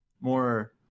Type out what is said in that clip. more